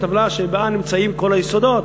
הטבלה שבה נמצאים כל היסודות,